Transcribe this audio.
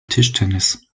tischtennis